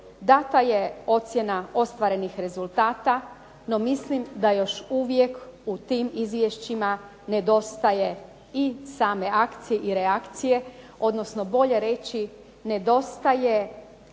Dana je ocjena ostvarenih rezultata, no mislim da još uvijek u tim izvješćima nedostaje i same akcije i reakcije, odnosno bolje reći nedostaje